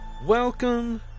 Welcome